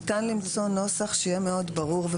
ניתן למצוא נוסח שיהיה מאוד פשוט וברור,